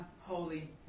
holy